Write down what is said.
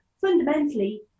fundamentally